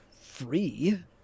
free